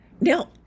Now